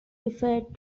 referred